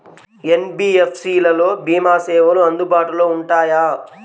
NBFC లలో భీమా సేవలు అందుబాటులో ఉంటాయా?